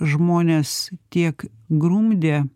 žmones tiek grumdė